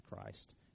Christ